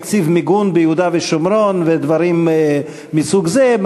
תקציב מיגון ביהודה ושומרון ודברים מסוג זה,